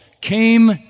came